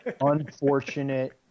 unfortunate